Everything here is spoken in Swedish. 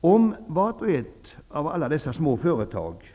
Om vart och ett av alla dessa företag